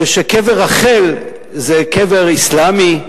שקבר רחל זה קבר אסלאמי,